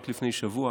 רק לפני שבוע